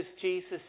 Jesus